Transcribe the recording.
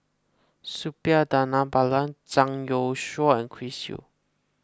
Suppiah Dhanabalan Zhang Youshuo and Chris Yeo